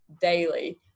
daily